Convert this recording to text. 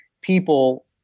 people